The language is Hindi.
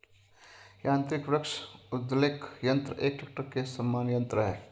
यान्त्रिक वृक्ष उद्वेलक यन्त्र एक ट्रेक्टर के समान यन्त्र है